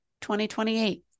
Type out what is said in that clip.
2028